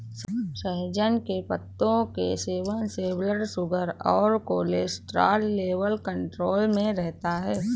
सहजन के पत्तों के सेवन से ब्लड शुगर और कोलेस्ट्रॉल लेवल कंट्रोल में रहता है